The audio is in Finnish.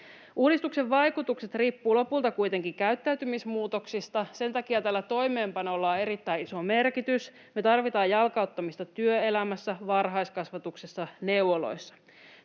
Uudistuksen vaikutukset riippuvat lopulta kuitenkin käyttäytymismuutoksista. Sen takia tällä toimeenpanolla on erittäin iso merkitys. Me tarvitaan jalkauttamista työelämässä, varhaiskasvatuksessa, neuvoloissa.